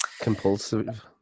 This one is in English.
Compulsive